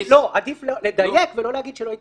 עדיף לדייק ולא להגיד שלא התייחסנו.